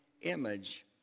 image